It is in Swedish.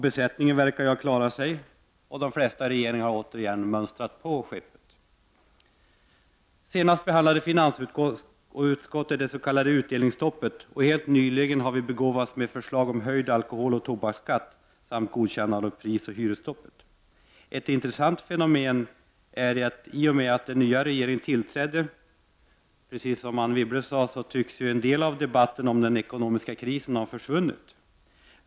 Besättningen verkar ha klarat sig, och de flesta har nu åter mönstrat på. Senast behandlade finansutskottet det s.k. utdelningsstoppet, och helt nyligen har vi begåvats med förslag om höjd alkoholoch tobaksskatt samt om godkännande av prisoch hyresstoppet. Ett intressant fenomen är att i och med att den nya regeringen tillträdde, tycks — som Anne Wibble sade — en del av debatten om den ekonomiska krisen ha försvunnit.